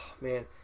Man